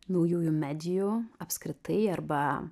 naujųjų medijų apskritai arba